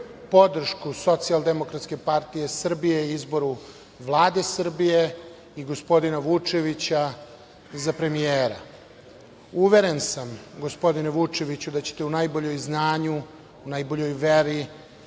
podršku Socijaldemokratske partije Srbije i izboru Vlade Srbije i gospodina Vučevića i za premijera. Uveren sam, gospodine Vučeviću, da ćete u najboljem znanju, u najboljoj veri